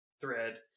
thread